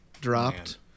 dropped